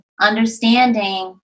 understanding